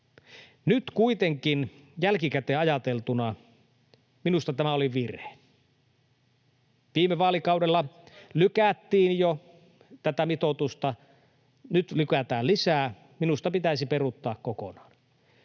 Nyt kuitenkin jälkikäteen ajateltuna minusta tämä oli virhe. Viime vaalikaudella lykättiin jo tätä mitoitusta, nyt lykätään lisää — minusta pitäisi peruuttaa kokonaan.